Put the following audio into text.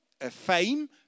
fame